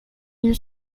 une